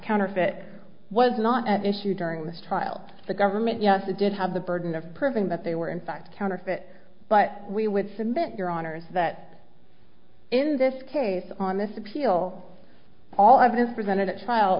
counterfeit was not at issue during this trial the government yes it did have the burden of proving that they were in fact counterfeit but we would submit your honor is that in this case on this appeal all evidence presented a child